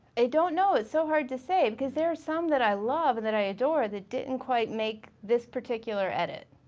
i don't know, it's so hard to say. because there are some that i love and that i adore that didn't quite make this particular edit.